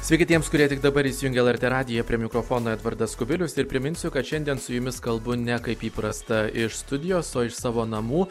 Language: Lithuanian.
sveiki tiems kurie tik dabar įsijungė lrt radiją prie mikrofono edvardas kubilius ir priminsiu kad šiandien su jumis kalbu ne kaip įprasta iš studijos o iš savo namų